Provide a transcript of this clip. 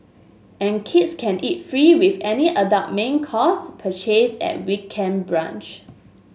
and kids can eat free with any adult main course purchase at weekend brunch